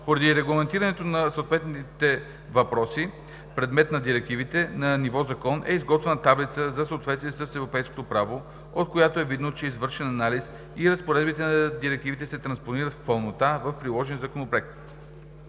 Поради регламентирането на съответните въпроси – предмет на директивите, на ниво закон е изготвена таблица за съответствие с европейското право, от която е видно, че е извършен анализ и разпоредбите на директивите се транспонират в пълнота в приложения законопроект.